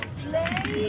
play